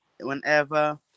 whenever